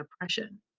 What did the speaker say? oppression